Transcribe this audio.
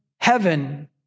heaven